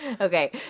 Okay